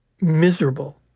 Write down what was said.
miserable